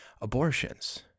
abortions